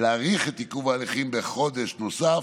להאריך את עיכוב ההליכים בחודש נוסף,